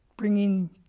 bringing